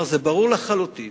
כלומר, זה ברור לחלוטין